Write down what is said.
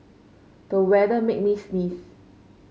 the weather made me sneeze